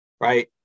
Right